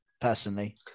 personally